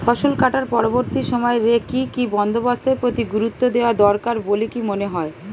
ফসলকাটার পরবর্তী সময় রে কি কি বন্দোবস্তের প্রতি গুরুত্ব দেওয়া দরকার বলিকি মনে হয়?